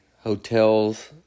hotels